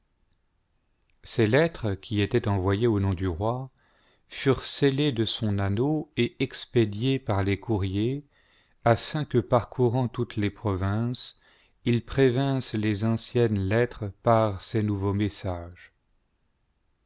ces lettres qui étaient envoyées au nom du roi furent scellées de son anneau et expédiées par les courriers afin que parcourant toutes les provinces ils prévinssent les anciennes lettres par ces nouveaux messages